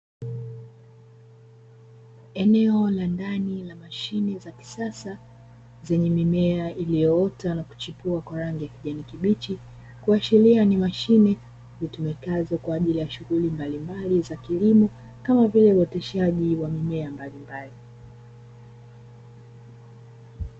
Eneo la ndani la mashine za kisasa zenye mimea iliyoota na kuchipua kwa rangi ya kijani kibichi, kuashiria ni mashine itumikayo kwa ajili ya shughuli mbalimbali za kilimo; kama vile uoteshaji wa mimea mbalimbali.